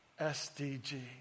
SDG